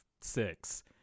six